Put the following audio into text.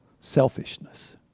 selfishness